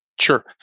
Sure